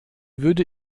würde